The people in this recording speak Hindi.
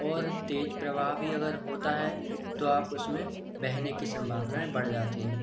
और तेज प्रभाव भी अगर होता है तो आप उसमें बहने की सम्भावनाएं बढ़ जाती हैं